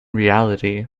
reality